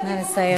נא לסיים.